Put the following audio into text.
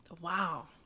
Wow